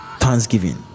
Thanksgiving